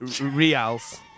reals